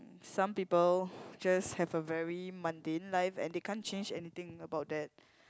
some people just have a very mundane life and they can't change anything about that